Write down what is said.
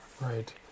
Right